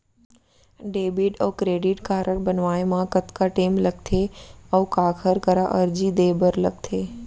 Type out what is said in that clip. Debit अऊ credit card बनवाए मा कतका टेम लगथे, अऊ काखर करा अर्जी दे बर लगथे?